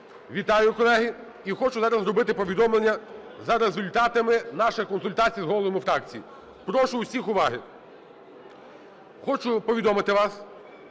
Вітаю, колеги. І хочу зараз зробити повідомлення за результатами наших консультацій з головами фракцій. Прошу у всіх уваги. Хочу повідомити вам,